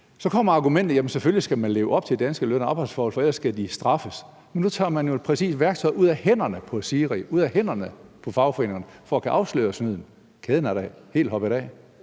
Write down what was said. så kommer argumentet: Selvfølgelig skal de leve op til danske løn- og arbejdsforhold, for ellers skal de straffes. Men nu tager man jo præcis et værktøj til at kunne afsløre snydet ud af hænderne på SIRI og ud af hænderne på fagforeningerne. Kæden er da helt hoppet af.